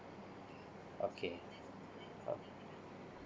okay uh